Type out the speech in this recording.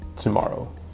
tomorrow